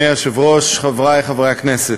חברי חברי הכנסת,